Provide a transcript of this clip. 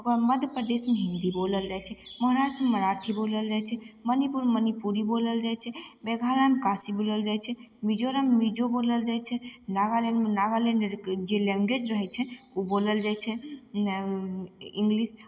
ओकरबाद मध्य प्रदेशमे हिन्दी बोलल जाइ छै महाराष्ट्रमे मराठी बोलल जाइ छै मणिपुरमे मणिपुरी बोलल जाइ छै मेघालयमे खासी बोलल जाइ छै मिजोरममे मिजो बोलल जाइ छै नागालैण्डमे नागालैण्डके जे लैंग्वेज रहय छै ओ बोलल जाइ छै इंग्लिश